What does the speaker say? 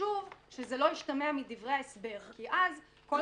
חשוב שלא ישתמע אחרת מדברי ההסבר כי אז לגבי